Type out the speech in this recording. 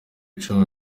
icumu